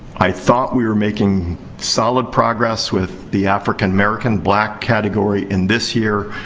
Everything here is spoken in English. i thought we were making solid progress with the african american black category in this year.